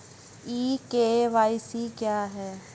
ई KYC क्या है?